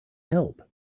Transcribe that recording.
help